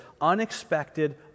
unexpected